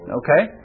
okay